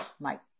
Mike